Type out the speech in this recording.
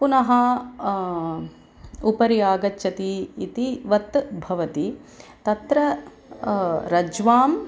पुनः उपरि आगच्छति इतिवत् भवति तत्र रज्ज्वाम्